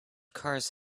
cars